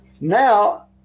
Now